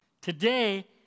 Today